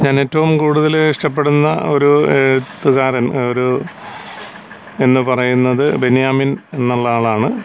ഞാൻ ഏറ്റവും കൂടുതൽ ഇഷ്ട്ടപ്പെടുന്ന ഒരു എഴുത്തുകാരൻ ഒരു എന്നു പറയുന്നത് ബെന്യാമിൻ എന്നുള്ള ആളാണ്